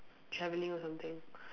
travelling or something